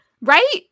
Right